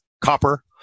copper